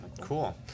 Cool